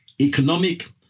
economic